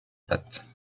pattes